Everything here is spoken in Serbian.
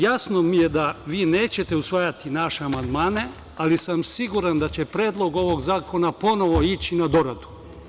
Jasno mi je da nećete usvajati naše amandmane, ali sam siguran da će predlog ovog zakona ponovo ići na doradu.